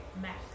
Mac